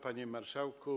Panie Marszałku!